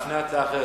לפני הצעה אחרת,